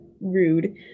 rude